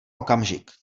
okamžik